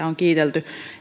on kiitelty